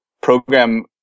program